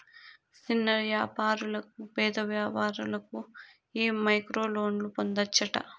సిన్న యాపారులకు, పేద వ్యాపారులకు ఈ మైక్రోలోన్లు పొందచ్చట